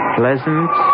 pleasant